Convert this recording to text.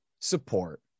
support